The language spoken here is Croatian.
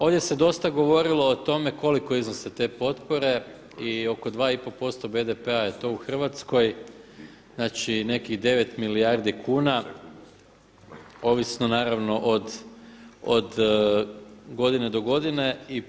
Ovdje se dosta govorilo o tome koliko iznose te potpore i oko 2 i pol posto BDP-a je to u Hrvatskoj, znači nekih 9 milijardi kuna ovisno naravno od godine do godine.